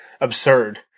absurd